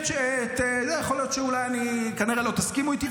יכול להיות שכנראה לא תסכימו איתי,